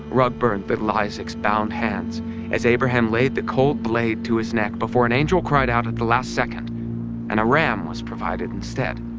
rug burn that like isaac's bound hands as abraham laid the cold blade to his neck before an angel cried out at the last second and a ram was provided instead.